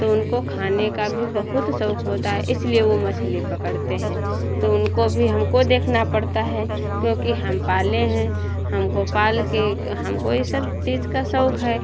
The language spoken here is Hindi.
तो उनको खाने का भी बहुत शौक होता है इसलिए वो मछली पकड़ते हैं तो उनको भी हमको देखना पड़ता है क्योंकि हम पाले हैं हमको पाल के हमको ई सब चीज़ का शौक है